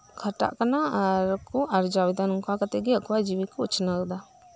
ᱠᱷᱟᱴᱟᱜ ᱠᱟᱱᱟ ᱟᱨᱠᱚ ᱟᱨᱡᱟᱣᱮᱫᱟ ᱱᱚᱝᱠᱟ ᱠᱟᱛᱮᱫ ᱜᱮ ᱟᱠᱩᱣᱟᱜ ᱡᱤᱵᱤᱠᱚ ᱩᱪᱷᱱᱟᱹᱣᱮᱫᱟ